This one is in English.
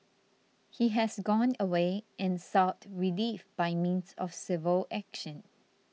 he has gone away and sought relief by means of civil action